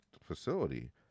facility